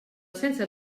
sense